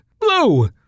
Blue